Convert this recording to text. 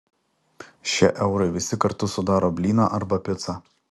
šie eurai visi kartu sudaro blyną arba picą